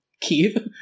Keith